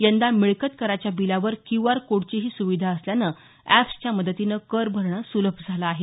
यंदा मिळकत कराच्या बिलावर क्यूआर कोडचीही सुविधा असल्यानं एप्सच्या मदतीनं कर भरणं सुलभ झालं आहे